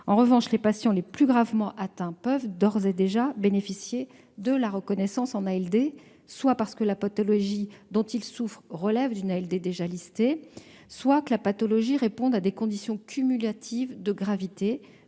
En revanche, les patients les plus gravement atteints peuvent d'ores et déjà bénéficier de la reconnaissance en ALD, soit parce que la pathologie dont ils souffrent relève d'une ALD déjà listée, soit parce que leur pathologie répond à des conditions cumulatives de gravité,